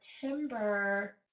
september